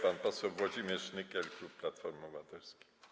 Pan poseł Włodzimierz Nykiel, klub Platformy Obywatelskiej.